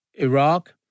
Iraq